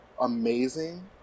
amazing